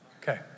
Okay